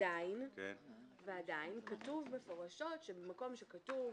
ועדיין כתוב מפורשות שבמקום שכתוב: